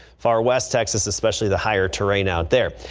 far west texas, especially the higher terrain out there.